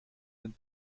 den